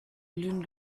glühen